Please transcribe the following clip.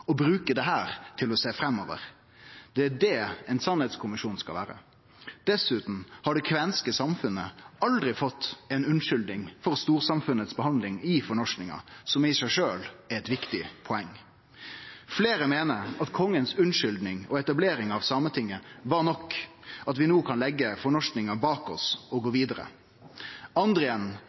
og bruke dette til å sjå framover. Det er det ein sanningskommisjon skal vere. Dessutan har det kvenske samfunnet aldri fått ei unnskyldning for behandlinga dei blei utsette for frå storsamfunnet i fornorskinga, noko som i seg sjølv er eit viktig poeng. Fleire meiner at unnskyldninga frå kongen og etableringa av Sametinget var nok – at vi no kan leggje fornorskinga bak oss og gå vidare. Andre